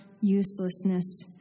uselessness